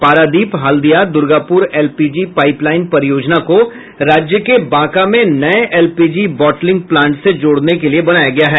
Paradip Haldia Durgapur LPG pipeline परियोजना को राज्य के बांका में नए एलपीजी वोटलिंग प्लांट से जोडने के लिए बनाया गया है